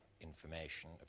Information